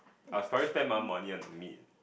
I storage my money on the meal